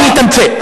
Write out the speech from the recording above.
אני אתמצת.